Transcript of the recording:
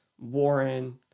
warren